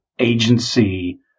Agency